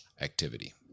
activity